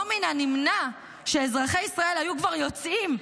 לא מן הנמנע שאזרחי ישראל היו כבר יוצאים,